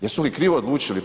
Jesu li krivo odlučili?